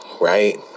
right